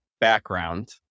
background